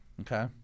Okay